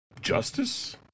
justice